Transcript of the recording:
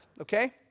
okay